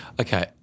Okay